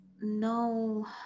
no